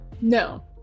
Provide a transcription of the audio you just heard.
No